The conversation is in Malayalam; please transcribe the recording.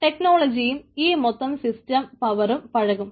ടെക്നോളജിയും